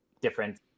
different